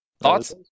thoughts